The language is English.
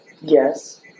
Yes